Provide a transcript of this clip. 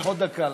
קח עוד דקה.